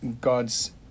God's